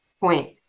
point